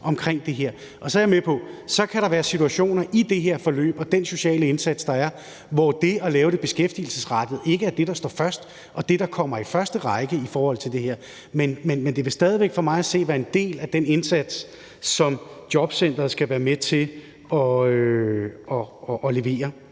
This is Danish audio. Så er jeg med på, at der kan være situationer i det her forløb og den sociale indsats, der er, hvor det at lave det beskæftigelsesrettede ikke er det, der står først, og det, der kommer i første række i forhold til det her. Men det vil for mig at se stadig væk være en del af den indsats, som jobcenteret skal være med til at levere,